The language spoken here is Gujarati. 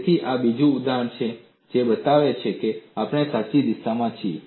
તેથી આ બીજું ઉદાહરણ છે જે બતાવે છે કે આપણે સાચી દિશામાં છીએ